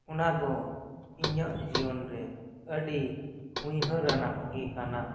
ᱚᱱᱟ ᱫᱚ ᱤᱧᱟᱹᱜ ᱡᱤᱭᱚᱱ ᱨᱮ ᱟᱹᱰᱤ ᱩᱭᱦᱟᱹᱨᱟᱱᱟᱜ ᱜᱮ ᱠᱟᱱᱟ